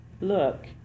look